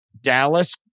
Dallas